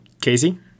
casey